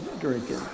drinking